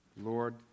Lord